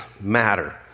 matter